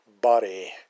body